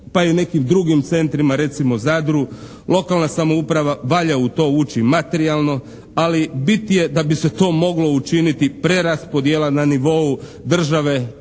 pa i nekim drugim centrima recimo Zadru, lokalna samouprava valja u to ući materijalno, ali bit je da bi se to moglo učiniti preraspodjela na nivou države,